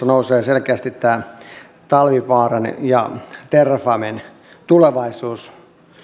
nousee selkeästi tämä talvivaaran ja terrafamen tulevaisuus